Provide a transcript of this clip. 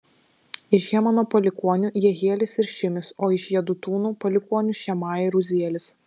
iš hemano palikuonių jehielis ir šimis o iš jedutūno palikuonių šemaja ir uzielis